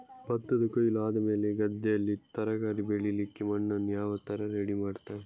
ಭತ್ತದ ಕೊಯ್ಲು ಆದಮೇಲೆ ಗದ್ದೆಯಲ್ಲಿ ತರಕಾರಿ ಬೆಳಿಲಿಕ್ಕೆ ಮಣ್ಣನ್ನು ಯಾವ ತರ ರೆಡಿ ಮಾಡ್ತಾರೆ?